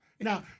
Now